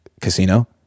Casino